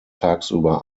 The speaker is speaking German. tagsüber